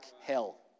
hell